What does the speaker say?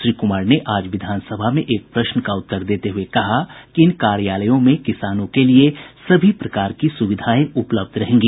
श्री कुमार ने आज विधानसभा में एक प्रश्न का उत्तर देते हुए कहा कि इन कार्यालयों में किसानों के लिए सभी प्रकार की सुविधाएं उपलब्ध रहेंगी